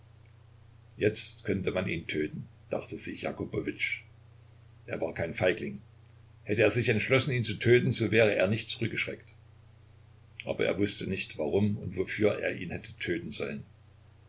jetzt könnte man ihn töten dachte sich jakubowitsch er war kein feigling hätte er sich entschlossen ihn zu töten so wäre er nicht zurückgeschreckt aber er wußte nicht warum und wofür er ihn hätte töten sollen